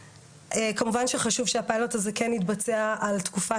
כמובן שחשוב שהפיילוט הזה כן יתבצע על תקופה